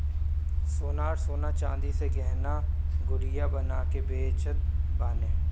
सोनार सोना चांदी से गहना गुरिया बना के बेचत बाने